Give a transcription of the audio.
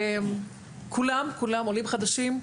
עולים חדשים.